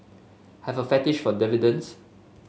have a fetish for dividends